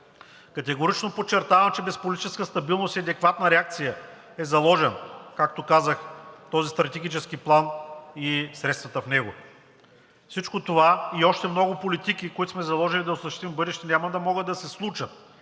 Категорично подчертавам, че без политическа стабилност и адекватна реакция е заложен, както казах, този стратегически план и средствата в него. Всичко това и още много политики, които сме заложили да осъществим в бъдеще, няма да могат да се случат,